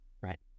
Right